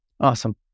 Awesome